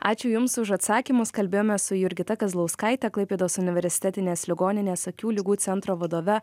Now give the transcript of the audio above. ačiū jums už atsakymus kalbėjome su jurgita kazlauskaite klaipėdos universitetinės ligoninės akių ligų centro vadove